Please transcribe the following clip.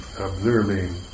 observing